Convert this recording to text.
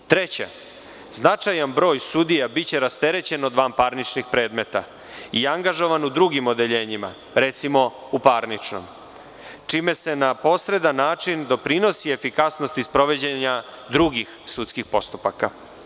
Treće, značajan broj sudija biće rasterećeno od vanparničnih predmeta i angažovan u drugim odeljenjima, recimo u parničnom, čime se na posredan način doprinosi efikasnosti sprovođenja drugih sudskih postupaka.